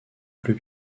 plus